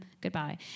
goodbye